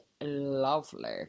lovely